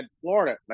Florida